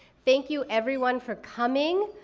thank you everyone for coming.